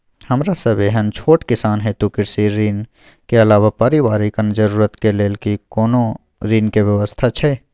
हमरा सब एहन छोट किसान हेतु कृषि ऋण के अलावा पारिवारिक अन्य जरूरत के लेल की कोनो ऋण के व्यवस्था छै?